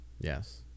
Yes